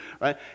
right